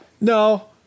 No